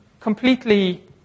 completely